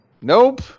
Nope